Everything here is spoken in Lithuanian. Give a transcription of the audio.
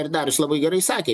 ir darius labai gerai sakė